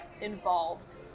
involved